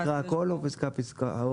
אני אקרא הכול או פסקה פסקה?